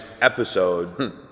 episode